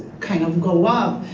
kind of go up.